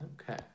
Okay